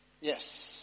Yes